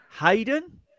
Hayden